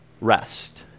rest